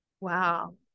wow